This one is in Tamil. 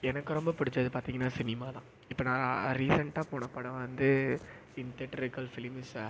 எனக்கு ரொம்ப பிடிச்சது பார்த்தீங்கனா சினிமா தான் இப்போ நான் ரீசெண்ட்டாக போன படம் வந்து இன்டெட்ரிக்கல் ஃபிலிம் இஸ் எ